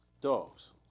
Dogs